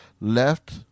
left